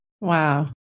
Wow